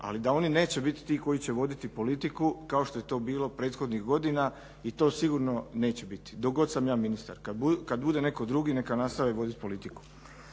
ali da oni neće biti ti koji će voditi politiku kao što je to bilo prethodnih godina i to sigurno neće biti dok god sam ja ministar. Kad bude netko drugi neka nastavi voditi politiku.